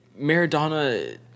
Maradona